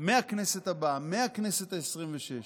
מהכנסת הבאה, מהכנסת העשרים-ושש.